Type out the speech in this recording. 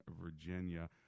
Virginia